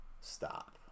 Stop